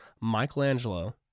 Michelangelo